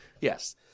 Yes